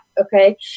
okay